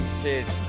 Cheers